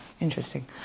Interesting